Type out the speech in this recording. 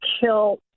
kill